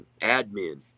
admin